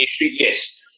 Yes